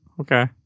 okay